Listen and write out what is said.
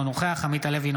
אינו נוכח עמית הלוי,